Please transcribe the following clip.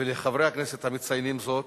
ולחברי הכנסת המציינים זאת,